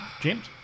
James